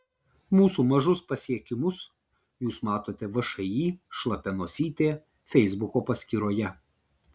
mūsų mažus pasiekimus jūs matote všį šlapia nosytė feisbuko paskyroje